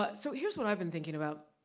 ah so here's what i've been thinking about.